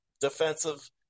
defensive